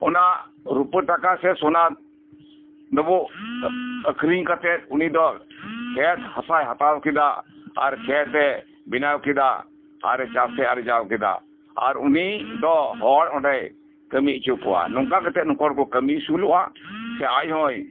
ᱚᱱᱟ ᱨᱩᱯᱟᱹ ᱴᱟᱠᱟ ᱥᱮ ᱥᱚᱱᱟ ᱰᱳᱸᱵᱳᱜ ᱟᱠᱷᱨᱤᱧ ᱠᱟᱛᱮᱫ ᱩᱱᱤ ᱫᱚ ᱠᱷᱮᱛ ᱦᱟᱥᱟᱭ ᱦᱟᱛᱟᱣ ᱠᱮᱫᱟ ᱟᱨ ᱠᱷᱮᱛᱮ ᱵᱮᱱᱟᱣ ᱠᱮᱫᱟ ᱟᱨᱮ ᱪᱟᱥᱮ ᱟᱨᱡᱟᱣ ᱠᱮᱫᱟ ᱟᱨᱩᱱᱤ ᱫᱚᱦᱚᱲ ᱚᱸᱰᱮᱭ ᱠᱟᱢᱤᱦᱚᱪᱚ ᱠᱚᱣᱟ ᱱᱚᱝᱠᱟ ᱠᱟᱛᱮᱫ ᱱᱩᱠᱩ ᱦᱚᱲ ᱠᱚ ᱠᱟᱢᱤ ᱟᱥᱩᱞᱚᱜᱼᱟ ᱥᱮ ᱟᱡ ᱦᱚᱸᱭ